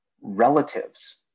relatives